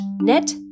net